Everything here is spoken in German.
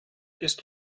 ist